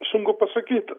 sunku pasakyt